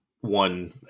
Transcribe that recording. one